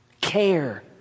Care